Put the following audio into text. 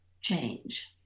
change